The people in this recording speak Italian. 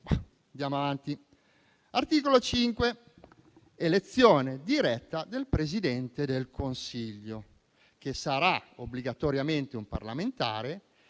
andiamo avanti.